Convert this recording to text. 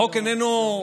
החוק איננו,